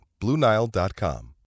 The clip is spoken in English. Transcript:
BlueNile.com